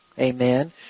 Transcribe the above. Amen